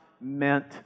meant